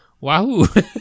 Wahoo